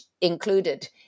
included